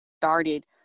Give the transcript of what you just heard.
started